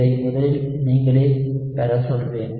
இதை முதலில் நீங்களே பெறச் சொல்வேன்